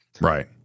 right